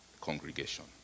congregation